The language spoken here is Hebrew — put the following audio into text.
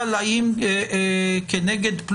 התיזה שאומרת שאת השאלה האם הייתה חקירה פלילית,